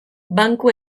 banku